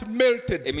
melted